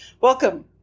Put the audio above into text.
Welcome